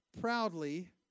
proudly